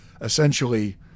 essentially